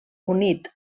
unit